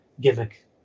gimmick